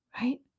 Right